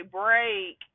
break